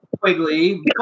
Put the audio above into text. Quigley